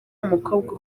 umukobwa